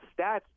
stats